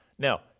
Now